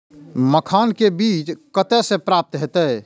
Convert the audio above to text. मखान के बीज कते से प्राप्त हैते?